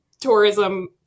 tourism